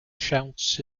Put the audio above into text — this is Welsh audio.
siawns